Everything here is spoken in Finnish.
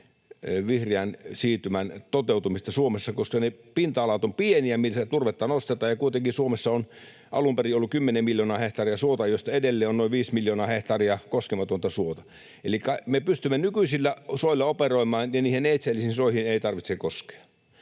vihreän siirtymän toteutumista Suomessa, koska ne pinta-alat ovat pieniä, millä turvetta nostetaan, ja kuitenkin Suomessa on alun perin ollut kymmenen miljoonaa hehtaaria suota, josta edelleen on noin viisi miljoonaa hehtaaria koskematonta suota. Elikkä me pystymme nykyisillä soilla operoimaan ja niihin neitseellisiin soihin ei tarvitse koskea.